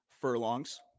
furlongs